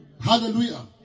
Hallelujah